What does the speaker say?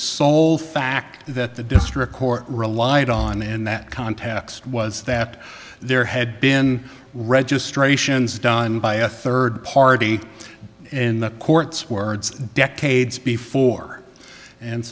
sole fact that the district court relied on in that context was that there had been registrations done by a third party in the courts words decades before and